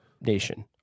nation